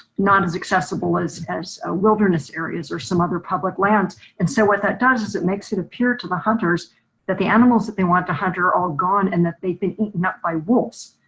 not as accessible as as a wilderness areas or some other public lands. and so what that does is it makes it appear to the hunters that the animals that they want to hunter all gone and that they have been eaten up by wolves.